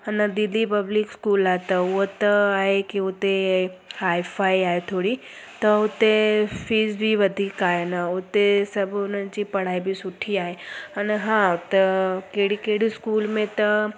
हिन दीदी public school त उहो त आहे की हुते हाए फाए आहे थोरी त हुते फीस बि वधीक आहे न उते सभु हुननि जी पढ़ाई बि सुठी आहे हुन खां त कहिड़ी कहिड़ी स्कूल में त